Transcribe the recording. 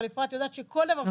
אבל אפרת יודעת שכל דבר שהיא תצטרך